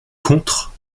contre